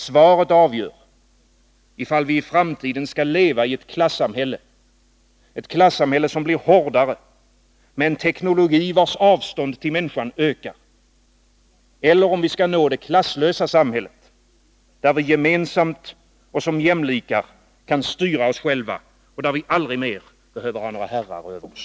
Svaret avgör ifall vi i framtiden skall leva i ett klassamhälle, som blir hårdare, med en teknologi vars avstånd till människan ökar — eller om vi skall nå det klasslösa samhället, där vi gemensamt och som jämlikar kan styra oss själva och där vi aldrig mer behöver ha några herrar över oss.